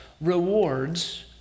rewards